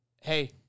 Hey